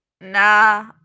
Nah